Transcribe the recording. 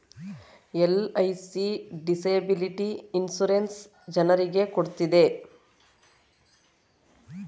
LIC disability insurance ಜನರಿಗೆ ಕೊಡ್ತಿದೆ